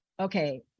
okay